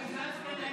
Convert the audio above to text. הצבעה,